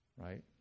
Right